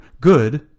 Good